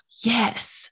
yes